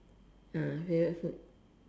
favourite food